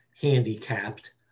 handicapped